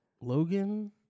Logan